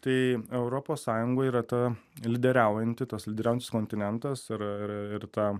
tai europos sąjunga yra ta lyderiaujanti tas lyderiaujantis kontinentas ir ir ta